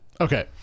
Okay